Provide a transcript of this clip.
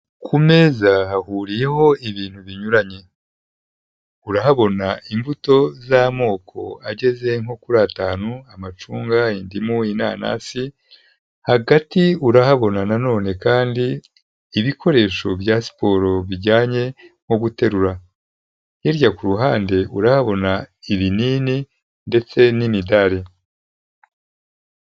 Ku meza hahuriyeho ibintu binyuranye urahabona imbuto z'amoko ageze nko kuri atanu amacunga, indimu, inananasi hagati urahabona na none kandi ibikoresho bya siporo bijyanye nko guterura hirya ku ruhande urahabona ibinini ndetse n'imidari.